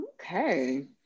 Okay